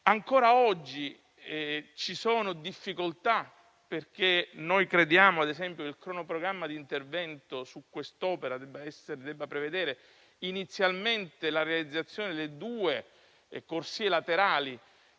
Ancora oggi ci sono difficoltà: crediamo ad esempio che il cronoprogramma di intervento su quest'opera debba prevedere inizialmente la realizzazione delle due corsie laterali,